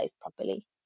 properly